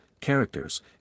characters